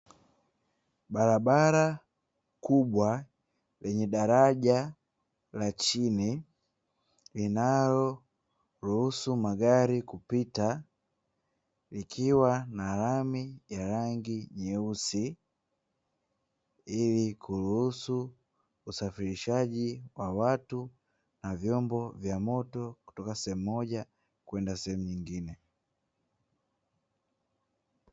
Barabara kubwa yenye daraja la chini linaloruhusu magari kupita, ikiwa na lami ya rangi nyeusi, ili kuruhusu usafirishaji wa watu na vyombo vya moto kutoka sehemu moja kwenda nyingine.